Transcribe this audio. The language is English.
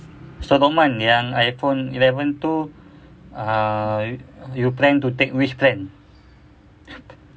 yang iphone eleven tu uh you plan to take which plan